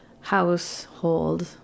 household